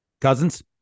Cousins